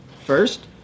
first